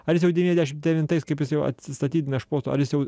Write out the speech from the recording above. ar jis jau devyniasdešimt devintais kaip jis jau atsistatydina iš posto ar jis jau